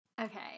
Okay